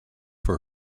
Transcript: for